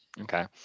Okay